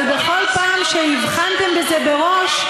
אבל בכל פעם שהבחנו בזה מראש,